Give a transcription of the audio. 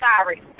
Sorry